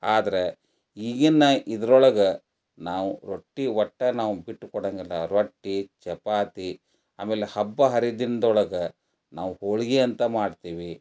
ಆದರೆ ಈಗಿನ ಇದ್ರೊಳಗೆ ನಾವು ರೊಟ್ಟಿ ಒಟ್ಟು ನಾವು ಬಿಟ್ಕೊಡಂಗಿಲ್ಲ ರೊಟ್ಟಿ ಚಪಾತಿ ಆಮೇಲೆ ಹಬ್ಬ ಹರಿದಿನ್ದ ಒಳಗೆ ನಾವು ಹೋಳಿಗೆ ಅಂತ ಮಾಡ್ತೀವಿ